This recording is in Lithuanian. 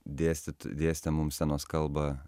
dėstyt dėstė mums scenos kalbą